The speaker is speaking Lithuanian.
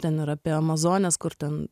ten ir apie amazones kur ten